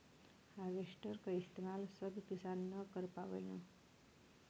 harvester क इस्तेमाल सब किसान न कर पावेलन